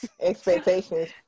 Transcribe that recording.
expectations